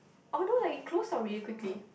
although I close like really quickly